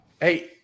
Hey